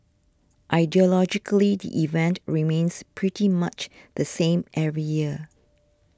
ideologically the event remains pretty much the same every year